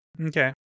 okay